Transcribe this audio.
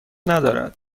ندارد